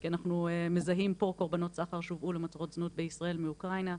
כי אנחנו מזהים פה קורבנות סחר שהובאו למטרות זנות בישראל מאוקראינה.